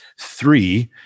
three